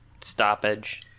stoppage